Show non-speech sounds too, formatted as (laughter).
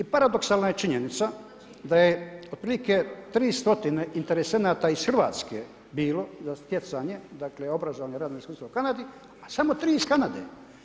I paradoksalna je činjenica, da je otprilike 300 interesenata iz Hrvatske, bilo, za stjecanje, dakle, obrazovane radne … (unintelligible) u Kanadi, a samo 3 iz Kanade.